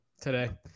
today